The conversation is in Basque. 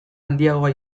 handiagoa